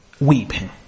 weeping